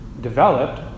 developed